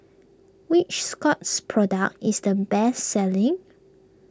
which Scott's product is the best selling